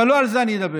אבל לא על זה אני אדבר.